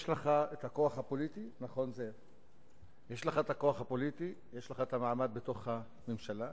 יש לך הכוח הפוליטי, יש לך המעמד בתוך הממשלה,